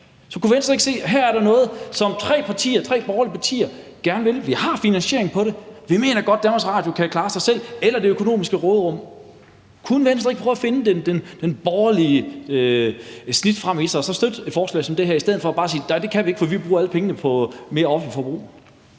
Så kan Venstre ikke se, at her er der noget, som tre partier, tre borgerlige partier, gerne vil? Vi har finansiering til det: Vi mener godt, at Danmarks Radio kan klare sig selv, eller det kunne være det økonomiske råderum. Kunne Venstre ikke prøve at finde det borgerlige snit frem i sig og så støtte et forslag som det her i stedet for bare at sige, at nej, det kan man ikke, fordi man vil bruge alle pengene på mere offentligt forbrug?